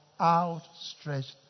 outstretched